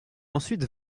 ensuite